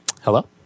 Hello